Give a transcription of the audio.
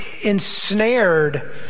ensnared